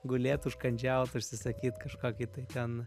gulėt užkandžiaut užsisakyti kažkokį tai ten